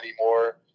anymore